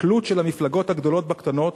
התלות של המפלגות הגדולות בקטנות,